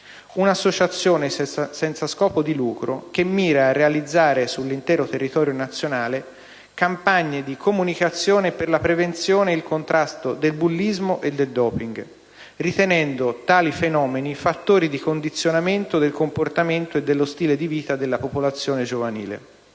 un'associazione senza scopo di lucro che mira a realizzare sull'intero territorio nazionale campagne di comunicazione per la prevenzione e il contrasto del bullismo e del *doping*, ritenendo tali fenomeni fattori di condizionamento del comportamento e dello stile di vita della popolazione giovanile.